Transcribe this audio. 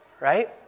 right